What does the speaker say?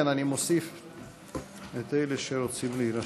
כן, אני מוסיף את אלה שרוצים להירשם.